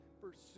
pursue